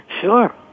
Sure